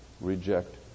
reject